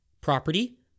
property